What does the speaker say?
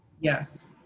Yes